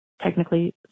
technically